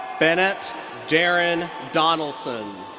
bennett daren donnelson.